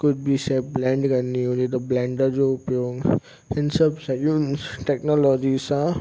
कुझु बि शइ ब्लैंड करिणी हुजे त ब्लैंडर जो उपयोग हिन सभु शयुनि टेक्नोलॉजी सां